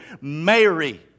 Mary